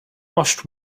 washed